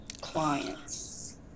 clients